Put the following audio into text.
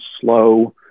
slow